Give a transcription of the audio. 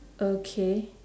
okay